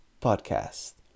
podcast